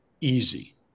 easy